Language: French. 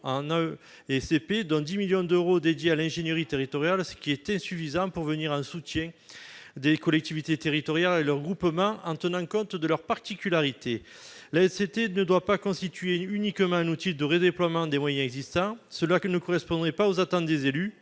en AE et CP dans 10 millions d'euros dédiée à l'ingénierie territoriale à ce qui était suffisant pour venir à un soutien des collectivités territoriales et leurs groupements en tenant compte de leur particularité, là c'était ne doit pas constituer uniquement un outil de redéploiement des moyens existants, celui qui ne correspondraient pas aux attentes des élus